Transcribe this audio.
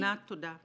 ענת, תודה.